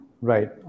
right